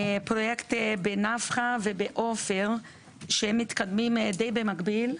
פרויקט בנפחא ובעופר שמתקדמים די במקביל.